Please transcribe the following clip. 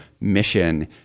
mission